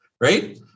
Right